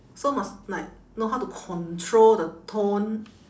so must like know how to control the tone